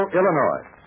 Illinois